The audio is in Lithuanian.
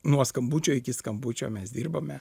nuo skambučio iki skambučio mes dirbame